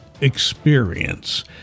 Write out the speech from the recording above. experience